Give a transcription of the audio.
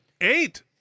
eight